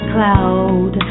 Cloud